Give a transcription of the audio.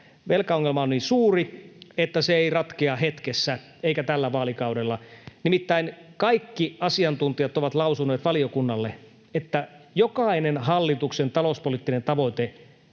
velkaongelma on niin suuri, että se ei ratkea hetkessä eikä tällä vaalikaudella. Nimittäin kaikki asiantuntijat ovat lausuneet valiokunnalle, että jokainen hallituksen talouspoliittinen tavoite